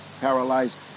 paralyzed